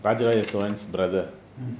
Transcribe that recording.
mm